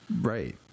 right